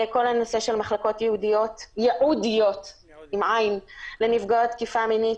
כל הנושא של מחלקות ייעודיות לנפגעות תקיפה מינית,